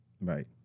Right